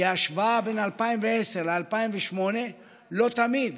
כי ההשוואה בין 2020 ל-2018 לא תמיד